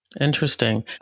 Interesting